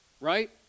right